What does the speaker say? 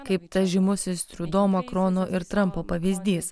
kaip tas žymusis triudo makrono ir trampo pavyzdys